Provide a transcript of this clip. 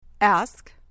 Ask